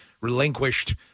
relinquished